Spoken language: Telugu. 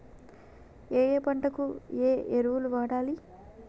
ఏయే పంటకు ఏ ఎరువులు వాడాలి?